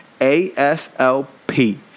A-S-L-P